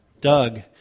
Doug